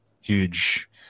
huge